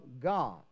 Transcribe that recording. God